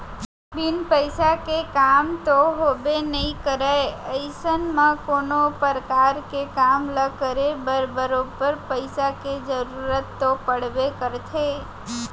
बिन पइसा के काम तो होबे नइ करय अइसन म कोनो परकार के काम ल करे बर बरोबर पइसा के जरुरत तो पड़बे करथे